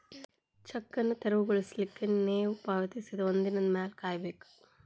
check ಅನ್ನು ತೆರವುಗೊಳಿಸ್ಲಿಕ್ಕೆ ನೇವು ಪಾವತಿಸಿದ ಒಂದಿನದ್ ಮ್ಯಾಲೆ ಕಾಯಬೇಕು